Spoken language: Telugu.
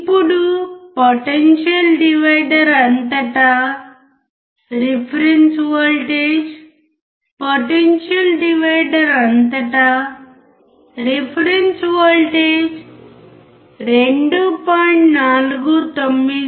ఇప్పుడు పొటెన్షియల్ డివైడర్ అంతటా రిఫరెన్స్ వోల్టేజ్ పొటెన్షియల్ డివైడర్ అంతటా రిఫరెన్స్ వోల్టేజ్ 2